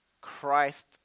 Christ